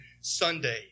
Sunday